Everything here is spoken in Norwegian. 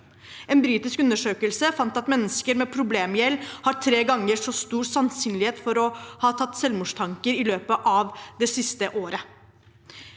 En britisk undersøkelse fant at mennesker med problemgjeld har tre ganger så stor sannsynlighet for å ha hatt selvmordstanker i løpet av det siste året.